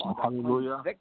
Hallelujah